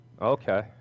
Okay